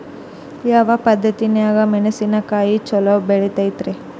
ಯಾವ ಪದ್ಧತಿನ್ಯಾಗ ಮೆಣಿಸಿನಕಾಯಿ ಛಲೋ ಬೆಳಿತೈತ್ರೇ?